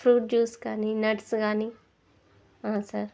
fruit juice కానీ nuts కాని sir